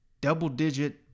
double-digit